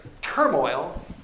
turmoil